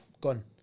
Gone